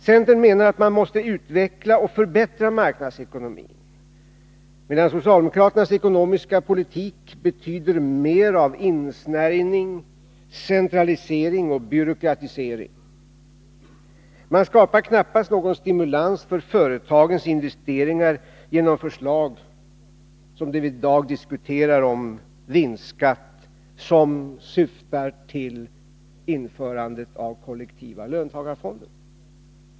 Centern menar att man måste utveckla och förbättra marknadsekonomin, medan socialdemokraternas ekonomiska politik betyder mer av insnärjning, centralisering och byråkratisering. Man skapar knappast någon stimulans för företagens investeringar genom förslag som det vi i dag diskuterar om en vinstskatt som syftar till införande av kollektiva löntagarfonder.